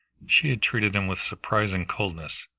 she had treated him with surprising coldness.